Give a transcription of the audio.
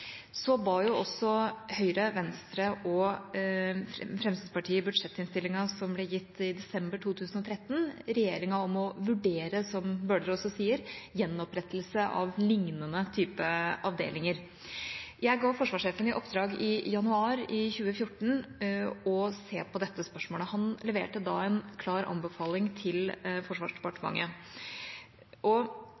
Så ba også Høyre, Venstre og Fremskrittspartiet i budsjettinnstillinga som ble gitt i desember 2013, regjeringa om å vurdere – som Bøhler også sier – gjenopprettelse av lignende type avdelinger. Jeg ga forsvarssjefen i oppdrag i januar i 2014 å se på dette spørsmålet. Han leverte da en klar anbefaling til Forsvarsdepartementet.